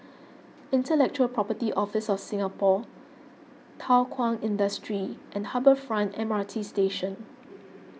Intellectual Property Office of Singapore Thow Kwang Industry and Harbour Front M R T Station